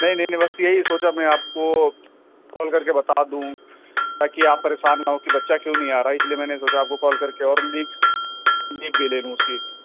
نہیں نہیں نہیں بس یہی سوچا میں آپ کو کال کر کے بتا دوں تاکہ آپ پریشان نہ ہوں کہ بچہ کیوں نہیں آ رہا ہے اس لیے میں نے سوچا آپ کو کال کر کے اور لیوس لیو بھی لے لوں اس کی